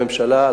לממשלה,